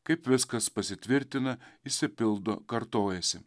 kaip viskas pasitvirtina išsipildo kartojasi